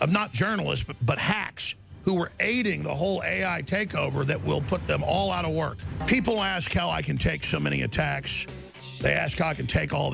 i'm not journalist but hacks who were aiding the whole ai take over that will put them all out of work people ask how i can take so many attacks sascoc and take all